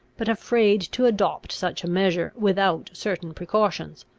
but afraid to adopt such a measure without certain precautions.